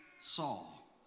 Saul